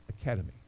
Academy